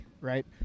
right